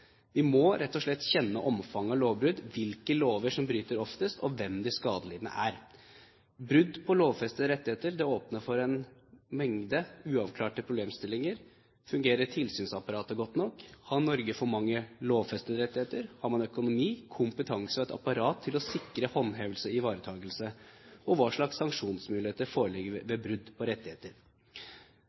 Vi må rett og slett kjenne omfanget av lovbrudd, hvilke lover som brytes oftest, og hvem de skadelidende er. Brudd på lovfestede rettigheter åpner for en mengde uavklarte problemstillinger. Fungerer tilsynsapparatet godt nok? Har Norge for mange lovfestede rettigheter? Har man økonomi, kompetanse og et apparat til å sikre håndhevelse og ivaretakelse? Hva slags sanksjonsmuligheter foreligger ved brudd på rettigheter?